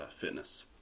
fitness